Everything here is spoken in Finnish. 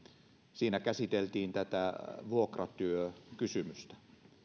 siinä käsiteltiin tätä vuokratyökysymystä